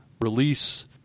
release